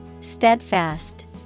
Steadfast